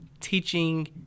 teaching